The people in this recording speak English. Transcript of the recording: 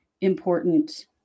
important